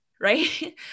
right